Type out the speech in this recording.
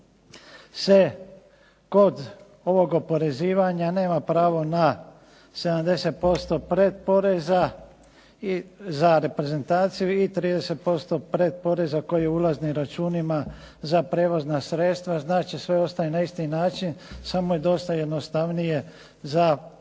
se kod ovog oporezivanja nema pravo na 70% pred poreza za reprezentaciju i 30% pretporeza koji ulaznim računima za prijevozna sredstva, znači sve ostaje na isti način samo je dosta jednostavnije za porezne